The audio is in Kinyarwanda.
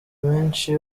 menshi